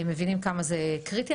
מבינים כמה זה קריטי.